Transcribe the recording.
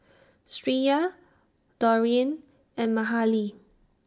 Shreya Dorian and Mahalie